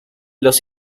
los